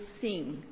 sing